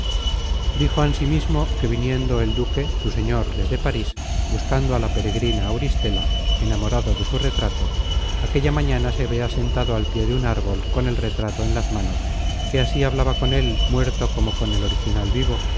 dijo ansimismo que viniendo el duque su señor desde parís buscando a la peregrina auristela enamorado de su retrato aquella mañana se habia sentado al pié de un árbol con el retrato en content from google book search generated at las manos que así hablaba con él muerto como con el original vivo